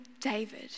David